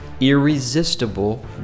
irresistible